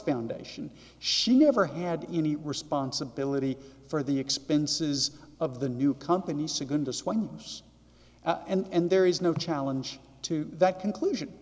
foundation she never had any responsibility for the expenses of the new companies to go into swans and there is no challenge to that conclusion